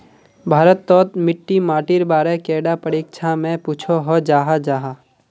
भारत तोत मिट्टी माटिर बारे कैडा परीक्षा में पुछोहो जाहा जाहा?